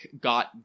got